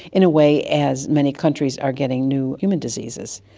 in a way as many countries are getting new human diseases.